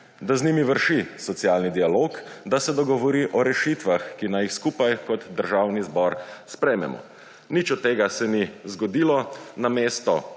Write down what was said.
da z njimi vrši socialni dialog, da se dogovori o rešitvah, ki naj jih skupaj kot Državni zbor sprejmemo. Nič od tega se ni zgodilo, namesto